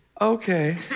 Okay